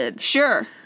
Sure